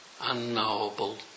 unknowable